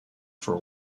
for